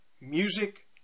music